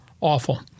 awful